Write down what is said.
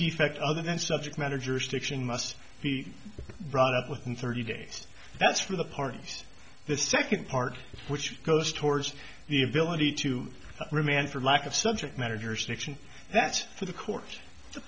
effect other than subject matter jurisdiction must be brought up within thirty days that's for the parties the second part which goes towards the ability to remand for lack of subject matter jurisdiction that's for the court t